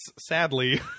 sadly